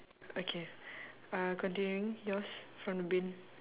okay uh continuing yours from the bin